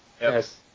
yes